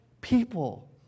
people